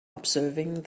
observing